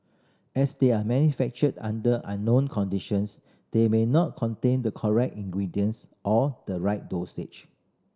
as they are manufactured under unknown conditions they may not contain the correct ingredients or the right dosages